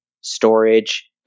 storage